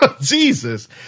Jesus